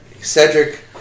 Cedric